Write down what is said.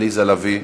עליזה לביא,